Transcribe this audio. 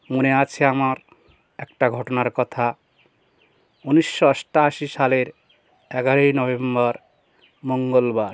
মনে আছে আমার একটা ঘটনার কথা উনিশশো অষ্টাশি সালের এগারোই নভেম্বর মঙ্গলবার